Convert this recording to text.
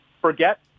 Forget